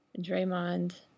Draymond